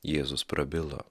jėzus prabilo